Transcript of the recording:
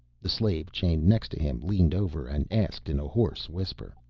the slave chained next to him leaned over and asked in a hoarse whisper.